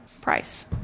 Price